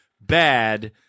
bad